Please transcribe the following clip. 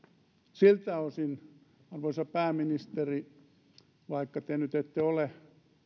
siltä osin arvoisa pääministeri vaikka te nyt ette ole